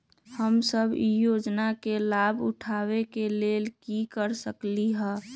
हम सब ई योजना के लाभ उठावे के लेल की कर सकलि ह?